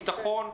ביטחון.